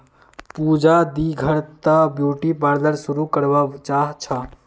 पूजा दी घर त ब्यूटी पार्लर शुरू करवा चाह छ